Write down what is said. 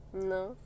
no